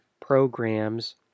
programs